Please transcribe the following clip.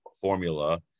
formula